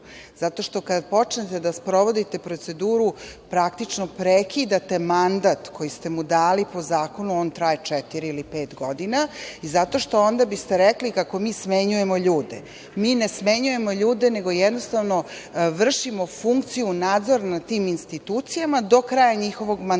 zakonu. Kada počnete da sprovodite proceduru praktično prekidate mandat koji ste mu dali po zakonu, a on traje četiri ili pet godina, i onda biste rekli kako mi smenjujemo ljude. Mi ne smenjujemo ljude, nego jednostavno vršimo funkciju nadzora nad tim institucijama do kraja njihovog mandata.